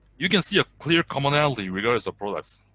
you can see a clear commonality regardless of products.